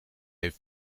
heeft